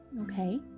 Okay